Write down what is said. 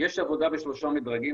יש עבודה בשלושה מדרגים,